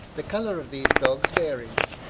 the colour of these dogs varies,